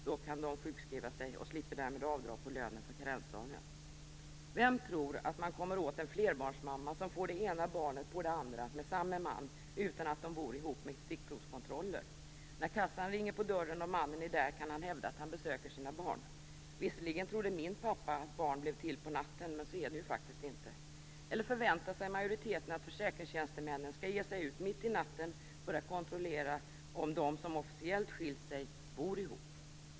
Då kan de sjukskriva sig och slipper därmed avdrag på lönen för karensdagen. Vem tror att man kommer åt en flerbarnsmamma som får det ena barnet efter det andra med samme man, utan att de bor ihop, med stickprovskontroller. När kassan ringer på dörren och mannen är där kan han hävda att han besöker sina barn. Visserligen trodde min pappa att barn blev till på natten, men så är det ju faktiskt inte. Eller förväntar sig majoriteten att försäkringstjänstemännen skall ge sig ut mitt i natten för att kontrollera om de som officiellt skiljt sig bor ihop?